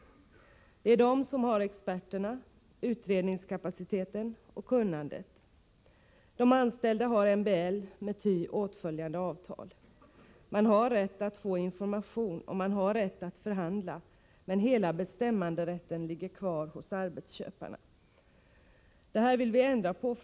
Det är företagen och arbetsgivarna som har experterna, utredningskapaciteten och kunnandet. De anställda har MBL med ty åtföljande avtal. Man har rätt att få information, och man har rätt att förhandla, men hela bestämmanderätten ligger kvar hos arbetsköparna. Det här vill vpk ändra på.